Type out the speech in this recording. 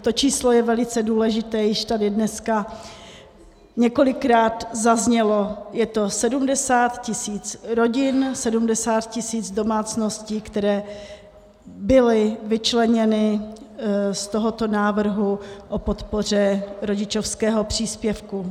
To číslo je velice důležité, již tady dneska několikrát zaznělo, je to 70 tisíc rodin, 70 tisíc domácností, které byly vyčleněny z tohoto návrhu o podpoře rodičovského příspěvku.